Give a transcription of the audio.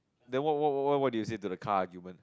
then what what what what what do you say to the car argument